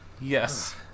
Yes